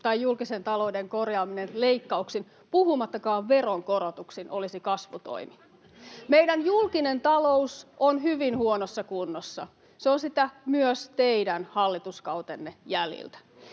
tai julkisen talouden korjaaminen leikkauksin, puhumattakaan veronkorotuksin, olisi kasvutoimi. Meidän julkinen talous on hyvin huonossa kunnossa, se on sitä myös teidän hallituskautenne jäljiltä.